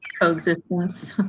coexistence